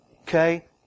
Okay